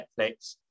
Netflix